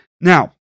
Now